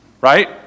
right